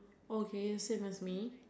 okay same as me